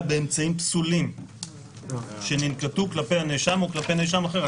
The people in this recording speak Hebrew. באמצעים פסולים שננקטו כלפי הנאשם או כלפי אדם אחר.